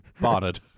barnard